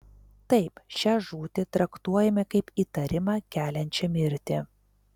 taip šią žūtį traktuojame kaip įtarimą keliančią mirtį